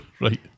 Right